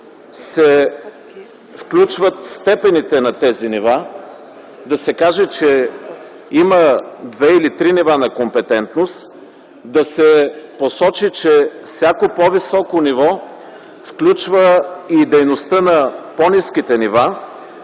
се включват степените на тези нива, да се каже, че има две или три нива на компетентност, да се посочи, че всяко по-високо ниво включва и дейността на по-ниските нива